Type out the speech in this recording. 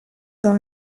dans